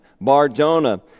Bar-Jonah